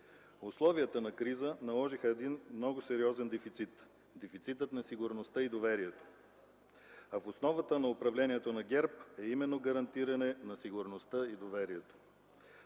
Условията на криза наложиха един много сериозен дефицит – дефицитът на сигурността и доверието, а основата на управлението на ГЕРБ е именно гарантиране на сигурността и доверието.